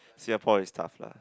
Singapore is tough lah